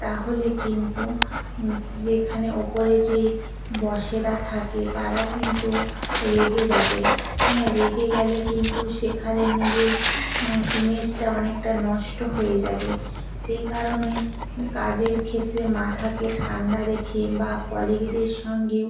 তাহলে কিন্তু যেখানে ওপরে যেই বসেরা থাকে তারা কিন্তু রেগে যাবে হ্যাঁ রেগে গেলে কিন্তু সেখানে নিজের ইমেজটা অনেকটা নষ্ট হয়ে যাবে সেই কারণে কাজের ক্ষেত্রে মাথাকে ঠান্ডা রেখে বা কলিগদের সঙ্গেও